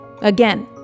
Again